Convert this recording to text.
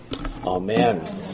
Amen